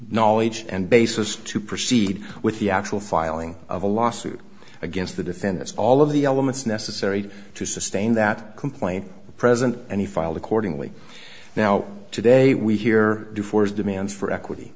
knowledge and basis to proceed with the actual filing of a lawsuit against the defendants all of the elements necessary to sustain that complaint present any filed accordingly now today we hear due for his demands for equity